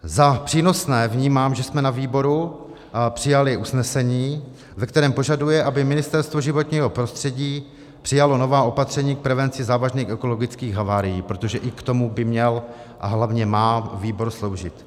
Jako přínosné vnímám, že jsme na výboru přijali usnesení, ve kterém požadujeme, aby Ministerstvo životního prostředí přijalo nová opatření k prevenci závažných ekologických havárií, protože i k tomu by měl a hlavně má výbor sloužit.